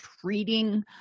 Treating